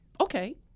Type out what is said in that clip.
okay